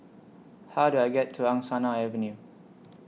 How Do I get to Angsana Avenue